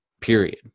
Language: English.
period